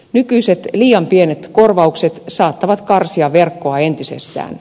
nykyiset liian pienet korvaukset saattavat karsia verkkoa entisestään